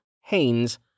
Haynes